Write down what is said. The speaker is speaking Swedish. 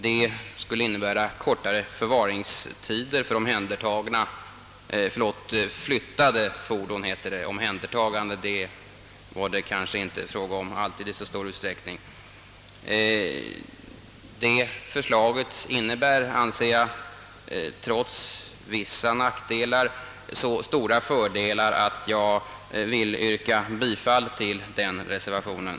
Reservationens ändringsförslag skulle leda till kortare förvaringstidet för flyttade fordon. Det förslaget inne. bär — anser jag — trots vissa nackdelar så stora fördelar att jag vill yrka bifall till reservationen.